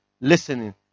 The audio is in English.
listening